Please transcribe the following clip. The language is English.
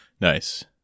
Nice